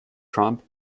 trump